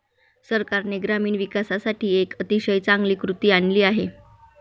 सरकारने ग्रामीण विकासासाठी एक अतिशय चांगली कृती आणली आहे